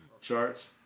charts